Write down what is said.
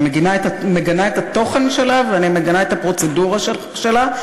אני מגנה את התוכן שלה ואני מגנה את הפרוצדורה שלה,